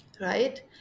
right